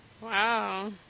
Wow